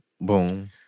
Boom